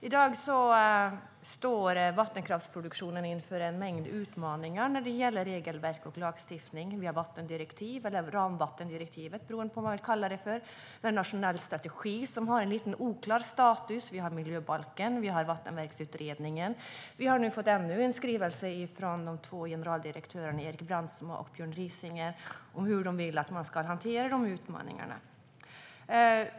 I dag står vattenkraftsproduktionen inför en mängd utmaningar när det gäller regelverk och lagstiftning. Vi har vattendirektivet - eller ramvattendirektivet, beroende på vad man vill kalla det för - och vi har en nationell strategi som har en lite oklar status. Vi har miljöbalken, och vi har Vattenverksutredningen. Vi har nu fått ännu en skrivelse från de två generaldirektörerna Erik Brandsma och Björn Risinger om hur de vill att man ska hantera utmaningarna.